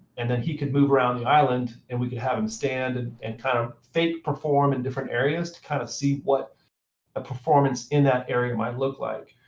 and then he could move around the island, and we could have him stand and and kind of fake perform in different areas to kind of see what a performance in that area might look like.